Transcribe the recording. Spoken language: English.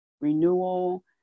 renewal